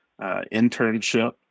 internship